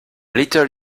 little